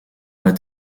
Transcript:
est